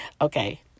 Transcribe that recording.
Okay